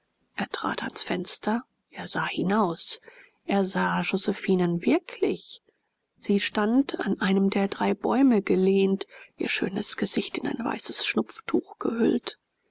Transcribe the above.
er trat ans fenster er sah hinaus er sah josephinen wirklich sie stand an einem der drei bäume gelehnt ihr schönes gesicht in ein weißes schnupftuch gehüllt